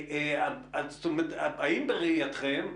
האם בראייתכם,